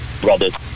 brothers